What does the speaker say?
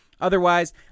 Otherwise